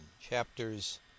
chapters